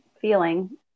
feeling